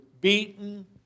beaten